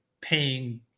paying